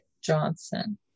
Johnson